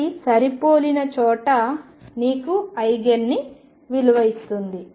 అది సరిపోలిన చోట నీకు ఐగెన్ ని విలువ ఇస్తుంది